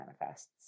manifests